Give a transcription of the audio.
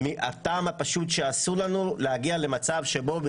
מהטעם הפשוט שאסור לנו להגיע למצב שבו,